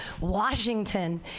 Washington